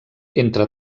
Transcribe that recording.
entre